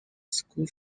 school